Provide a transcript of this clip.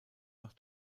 nach